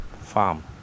farm